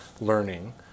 learning